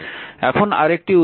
এখন আরেকটি উদাহরণ